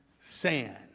sand